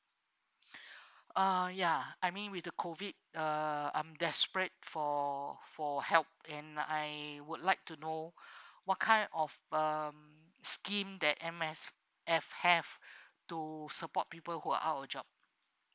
uh ya I mean with the COVID uh I'm desperate for for help and I would like to know what kind of um scheme that M_S_F have to support people who are out of job